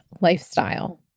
Lifestyle